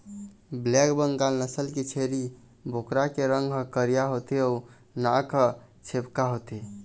black Bengal नसल के छेरी बोकरा के रंग ह करिया होथे अउ नाक ह छेपका होथे